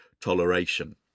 toleration